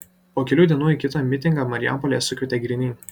po kelių dienų į kitą mitingą marijampolėje sukvietė griniai